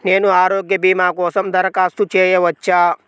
నేను ఆరోగ్య భీమా కోసం దరఖాస్తు చేయవచ్చా?